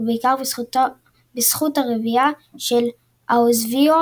בעיקר בזכות רביעייה של אאוזביו,